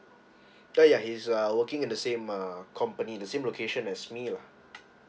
oh ya he's uh working in the same uh company the same location as me lah